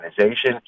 organization